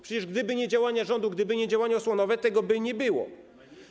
Przecież gdyby nie działania rządu, gdyby nie działania osłonowe, tego by nie było.